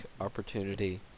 opportunity